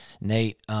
Nate –